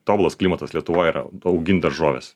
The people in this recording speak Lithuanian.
tobulas klimatas lietuvoje yra augint daržoves